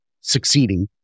succeeding